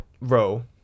row